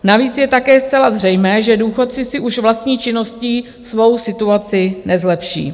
Navíc je také zcela zřejmé, že důchodci si už vlastní činností svou situací nezlepší.